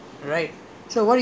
then they will suspect